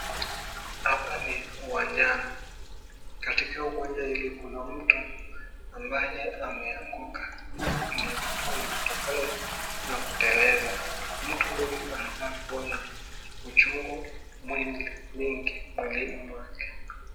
Hapa ni uwanjani, katika uwanja hili kuna mtu ambaye ameanguka hii inaweza kuwa ni kutokana na kuteleza. Mtu huyu anakaa kuwa na uchungu mingi mwilini mwake.